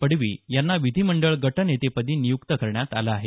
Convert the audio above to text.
पडवी यांना विधिमंडळ गट नेतेपदी नियुक्त करण्यात आलं आहे